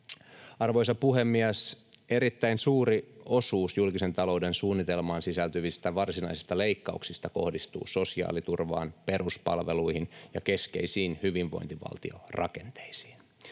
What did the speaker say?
Arvoisa puhemies! Erittäin suuri osuus julkisen talouden suunnitelmaan sisältyvistä varsinaisista leikkauksista kohdistuu sosiaaliturvaan, peruspalveluihin ja keskeisiin hyvinvointivaltiorakenteisiin.